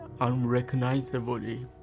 unrecognizably